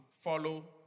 follow